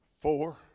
four